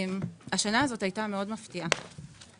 השנה הזאת הייתה מפתיעה מאוד.